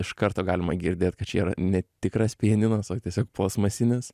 iš karto galima girdėt kad čia yra ne tikras pianinas o tiesiog plastmasinis